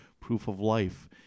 proof-of-life